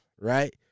right